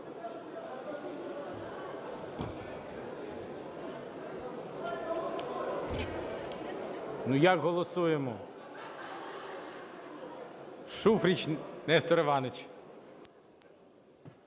Ну, як голосуємо? Шуфрич Нестор Іванович.